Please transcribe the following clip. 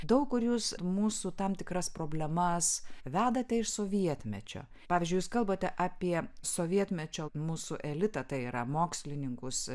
daug kur jūs mūsų tam tikras problemas vedate iš sovietmečio pavyzdžiui jūs kalbate apie sovietmečio mūsų elitą tai yra mokslininkus